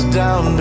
down